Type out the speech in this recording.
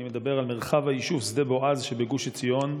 אני מדבר על מרחב היישוב שדה בועז שבגוש עציון,